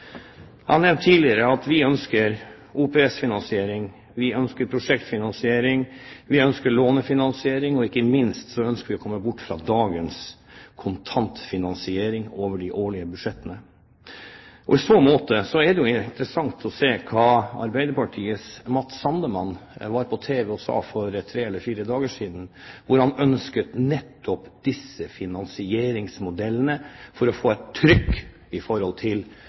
tidligere at vi ønsker OPS-finansiering, vi ønsker prosjektfinansiering, vi ønsker lånefinansiering, og ikke minst ønsker vi å komme bort fra dagens kontantfinansiering over de årlige budsjettene. I så måte er det jo interessant å se hva Arbeiderpartiets Matz Sandman sa på TV for tre–fire dager siden. Han ønsket nettopp disse finansieringsmodellene for å få